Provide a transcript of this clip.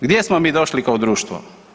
Gdje smo mi došli kao društvo?